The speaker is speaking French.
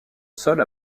sol